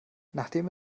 nachdem